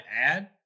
add